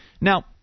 Now